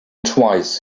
twice